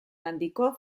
handiko